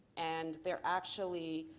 and they are actually